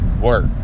work